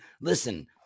listen